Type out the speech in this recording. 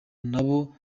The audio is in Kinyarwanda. nabo